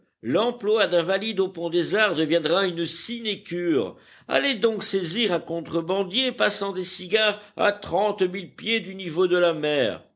l'emploi d'invalide au pont des arts deviendra une sinécure allez donc saisir un contrebandier passant des cigares à trente mille pieds du niveau de la mer